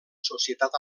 societat